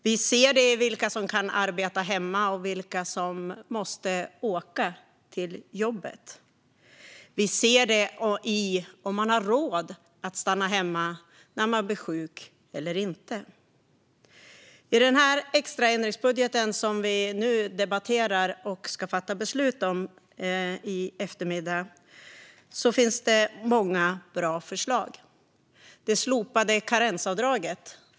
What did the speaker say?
Vi ser det i vilka som kan arbeta hemma och vilka som måste åka till jobbet. Vi ser det i om man har råd att stanna hemma eller inte när man blir sjuk. I den extra ändringsbudget som vi nu debatterar och ska fatta beslut om i eftermiddag finns det många bra förslag. Det gäller det slopade karensavdraget.